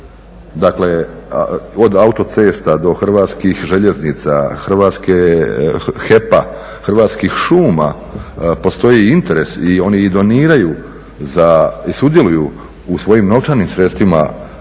dakle od autocesta do Hrvatskih željeznica, HEP-a, Hrvatskih šuma postoji interes i oni i doniraju i sudjeluju u svojim novčanim sredstvima